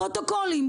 פרוטוקולים,